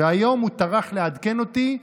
והיום הוא טרח לעדכן אותי: